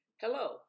Hello